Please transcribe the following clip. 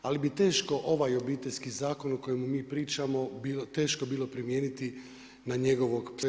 Ali bi teško ovaj Obiteljski zakon o kojemu mi pričamo teško bilo primijeniti na njegovog psa.